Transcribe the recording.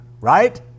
right